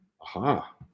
Aha